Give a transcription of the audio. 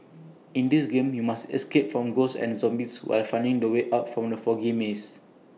in this game you must escape from ghosts and zombies while finding the way out from the foggy maze